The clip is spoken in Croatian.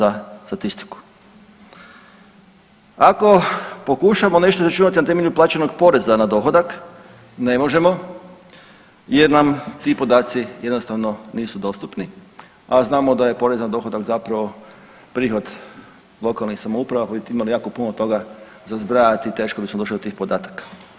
Ako pokušamo nešto izračunati na temelju plaćenog poreza na dohodak, ne možemo jer nam ti podaci jednostavno nisu dostupni, a znamo da je porez na dohodak zapravo prihod lokalnih samouprava, pa … jako puno toga za zbrajati i teško bismo došli do tih podataka.